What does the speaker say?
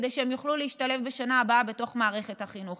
כדי שהם יוכלו להשתלב בשנה הבאה בתוך מערכת החינוך.